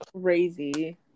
crazy